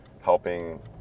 helping